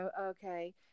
okay